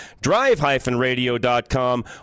drive-radio.com